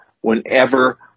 whenever